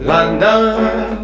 London